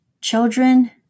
children